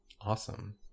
Awesome